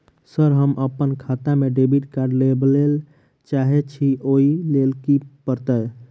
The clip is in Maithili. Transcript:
सर हम अप्पन खाता मे डेबिट कार्ड लेबलेल चाहे छी ओई लेल की परतै?